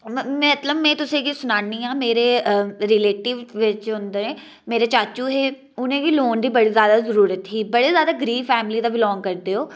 मतलब में तुसेंगी सनान्नी आं के मेरे रिलेटिव बिच औंदे मेरे चाचू उ'नें गी बी लोन दी बड़ी जादा जरूरत ही बड़ी जादा गरीब फैमिली दा बिलांग करदे ओह्